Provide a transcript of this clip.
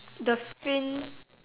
the fin